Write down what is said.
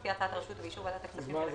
לפי הצעת הרשות ובאישור ועדת הכספים של הכנסת,